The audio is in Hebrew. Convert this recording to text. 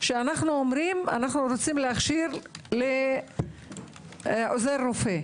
שאנחנו אומרים, אנחנו רוצים להכשיר לעוזר רופא.